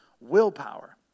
willpower